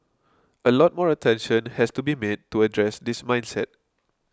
a lot more attention has to be made to address this mindset